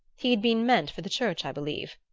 he had been' meant for the church, i believe,